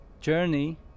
journey